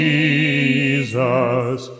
Jesus